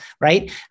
right